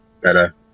better